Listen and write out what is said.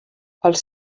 els